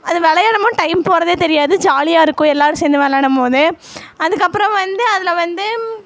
அது விளையாடும் போது டைம் போகிறதே தெரியாது ஜாலியாக இருக்கும் எல்லோரும் சேர்ந்து விளையாடம் போது அதுக்கப்புறம் வந்து அதில் வந்து